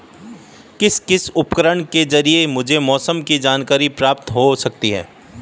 किस किस उपकरण के ज़रिए मुझे मौसम की जानकारी प्राप्त हो सकती है?